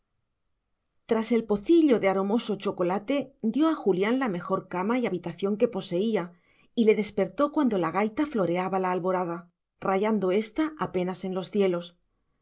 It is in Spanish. tras el pocillo de aromoso chocolate dio a julián la mejor cama y habitación que poseía y le despertó cuando la gaita floreaba la alborada rayando ésta apenas en los cielos